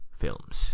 films